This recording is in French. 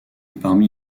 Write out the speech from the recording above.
parmi